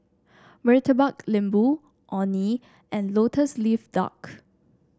Murtabak Lembu Orh Nee and lotus leaf duck